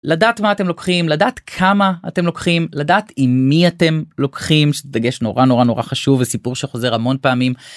לדעת מה אתם לוקחים לדעת כמה אתם לוקחים לדעת עם מי אתם לוקחים דגש נורא נורא נורא חשוב הסיפור שחוזר המון פעמים.